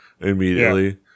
immediately